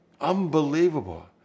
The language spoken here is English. Unbelievable